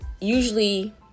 usually